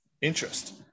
interest